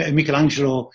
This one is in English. Michelangelo